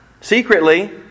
secretly